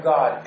God